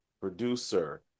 producer